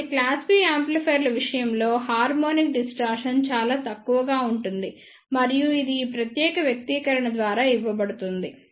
కాబట్టి class B యాంప్లిఫైయర్ల విషయంలో హార్మోనిక్ డిస్టార్షన్ చాలా తక్కువగా ఉంటుంది మరియు ఇది ఈ ప్రత్యేక వ్యక్తీకరణ ద్వారా ఇవ్వబడుతుంది